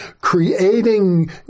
creating